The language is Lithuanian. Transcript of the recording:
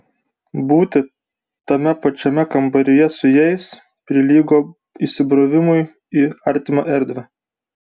būti tame pačiame kambaryje su jais prilygo įsibrovimui į artimą erdvę